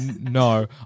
No